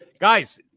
guys